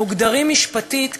מוגדרים משפטית פולשים,